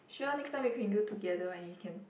sure next time we can go together and we can